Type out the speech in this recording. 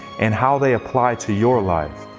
and how they apply to your life,